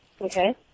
Okay